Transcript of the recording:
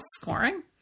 scoring